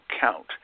count